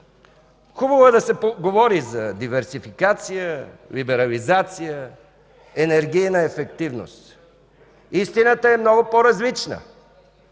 хубаво е да се говори за диверсификация, либерализация, енергийна ефективност. Истината е много по-различна.